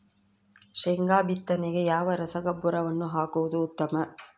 ಶೇಂಗಾ ಬಿತ್ತನೆಗೆ ಯಾವ ರಸಗೊಬ್ಬರವನ್ನು ಹಾಕುವುದು ಉತ್ತಮ?